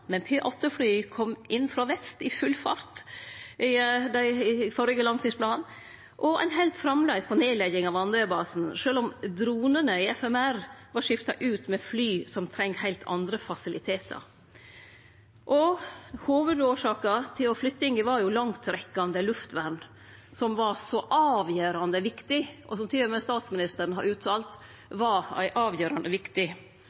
Men P-8-flya kom inn frå vest i full fart i den førre langtidsplanen, og ein heldt framleis på nedlegging av Andøya-basen, sjølv om dronane i FMR, fagmilitært råd, var skifta ut med fly som treng heilt andre fasilitetar. Hovudårsaka til flyttinga var langtrekkjande luftvern, som var så avgjerande viktig, og som til og med statsministeren har uttalt var eit avgjerande viktig